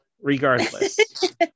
regardless